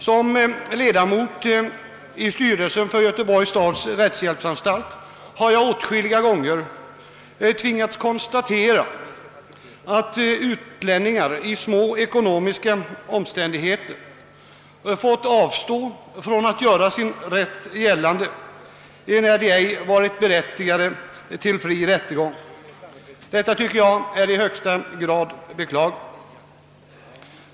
Som ledamot i styrelsen för Göteborgs stads rättshjälpsanstalt har jag åtskilliga gånger tvingats konstatera att utlänningar i små ekonomiska omständigheter måste avstå från att göra sin rätt gällande enär de inte varit berättigade till fri rättegång. Detta är i högsta grad beklagligt.